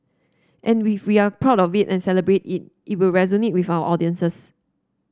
and with we are proud of it and celebrate it it will resonate with our audiences